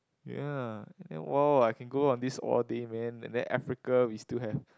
ya ya oh I can grow on this all day man and then Africa we still have